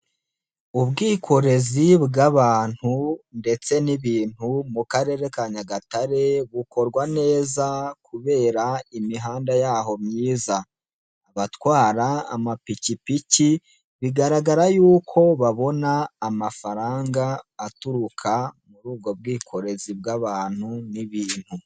Ubwikorezi bw'abantu ndetse n'ibintu mu karere ka Nyagatare, bukorwa neza kubera imihanda yaho myiza. Abatwara amapikipiki bigaragara yuko babona amafaranga, aturuka muri ubwo bwikorezi bw'abantu n'ibintu.